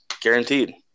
guaranteed